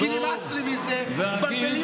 אבל,